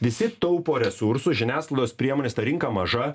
visi taupo resursus žiniasklaidos priemonės ta rinka maža